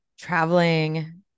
traveling